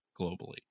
globally